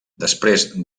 després